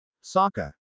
Saka